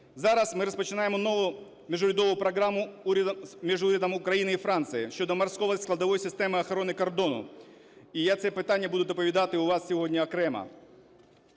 Зараз ми розпочинаємо нову міжурядову програму між урядом України і Франції щодо морської складової системи охорони кордону. І я це питання буду доповідати у вас сьогодні окремо.